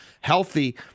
healthy